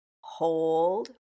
hold